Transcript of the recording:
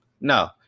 no